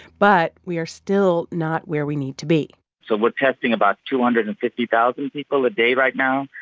but we are still not where we need to be so we're testing about two hundred and fifty thousand people a day right now.